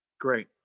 Great